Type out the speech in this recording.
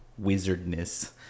wizardness